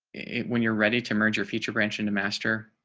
it when you're ready to merge your feature branch into master.